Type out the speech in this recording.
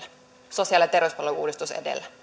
sosiaali ja terveyspalveluiden uudistus edellä